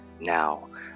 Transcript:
now